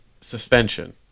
suspension